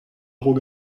raok